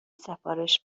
سفارش